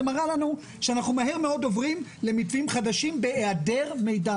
זה מראה לנו שאנחנו מהר מאוד עוברים למתווים חדשים בהיעדר מידע,